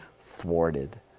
thwarted